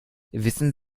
wissen